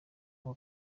ngo